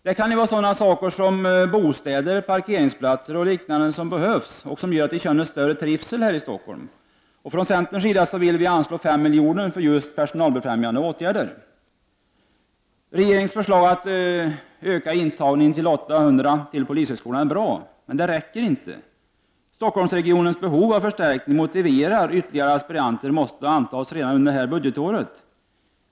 Det kan ju vara sådana saker som bostäder, parkeringsplatser osv. som behövs och som gör att den känner större trivsel här i Stockholm. Från centerns sida vill vi anslå 5 milj.kr. för just personalbefrämjande åtgärder. Regeringens förslag att öka intagningen av aspiranter till 800 vid polishögskolan är bra, men det räcker inte. Stockholmsregionens behov av förstärkning motiverar att ytterligare aspiranter bör antas redan under innevarande budgetår.